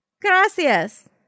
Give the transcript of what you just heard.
Gracias